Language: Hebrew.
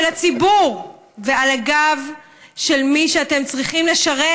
הציבור ועל הגב של מי שאתם צריכים לשרת,